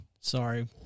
sorry